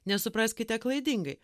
nesupraskite klaidingai